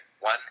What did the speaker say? one